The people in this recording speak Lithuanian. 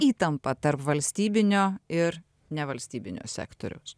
įtampa tarp valstybinio ir nevalstybinio sektoriaus